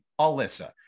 Alyssa